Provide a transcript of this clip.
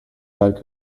got